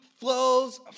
flows